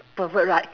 pervert right